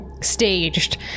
staged